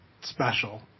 special